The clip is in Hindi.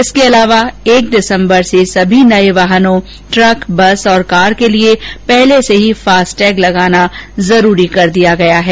इसके अलावा एक दिसम्बर से समी नये वाहनों ट्रक बस कार के लिए पहले से ही फास्टैग लगाना जरूरी कर दिया गया है